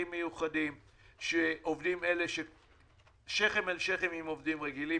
מיוחדים שעובדים שכם אל שכם עם עובדים רגילים,